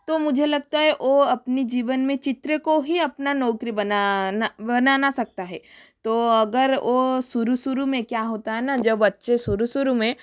तो मुझे लगता है वह अपने जीवन में चित्र को ही अपना नौकरी बनाना बनाना सकता है तो अगर वो शुरू शुरू में क्या होता है न जब बच्चे शुरू शुरू में